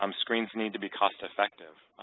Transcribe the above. um screens need to be cost-effective,